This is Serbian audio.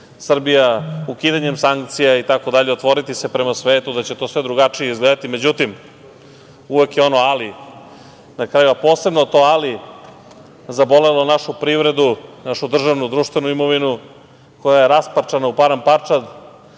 Srbija ukidanjem sankcija itd. otvoriti se prema svetu, da će to sve drugačije izgledati.Međutim, uvek je ono „ali“ na kraju, a posebno to „ali“ je zabolelo našu privredu, našu državnu, društvenu imovinu koja je rasparčana u param parčad,